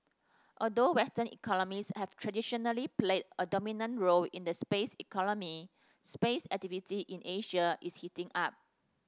although western economies have traditionally played a dominant role in the space economy space activity in Asia is heating up